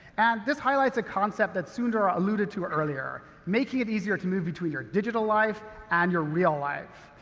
and this highlights a concept that sundar ah alluded to earlier making it easier to move between your digital life and your real life.